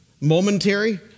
Momentary